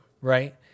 right